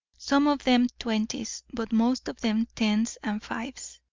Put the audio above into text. some of them twenties, but most of them tens and fives.